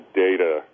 data